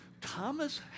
Thomas